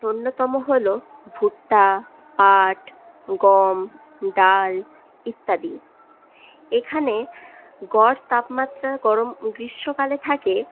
অন্যতম হল ভুট্টা পাট গম ডাল ইত্যাদি এখানে গড় তাপমাত্রা গ্রীষ্মকালে থাকে